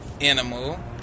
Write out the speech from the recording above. Animal